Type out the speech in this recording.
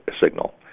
signal